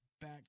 back